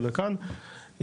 או לכאן,